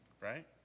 Right